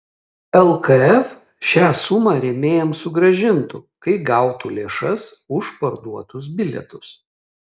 lkf šią sumą rėmėjams sugrąžintų kai gautų lėšas už parduotus bilietus